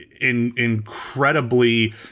incredibly